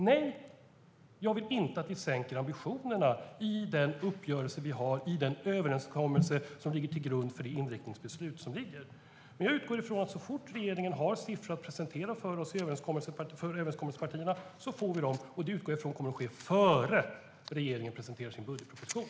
Nej, jag vill inte att vi sänker ambitionerna i den uppgörelse som vi har, i den överenskommelse som ligger till grund för det inriktningsbeslut som finns. Jag utgår från att så fort regeringen har siffror att presentera för överenskommelsepartierna kommer vi att få dem. Och det utgår jag kommer att ske innan regeringen presenterar sin budgetproposition.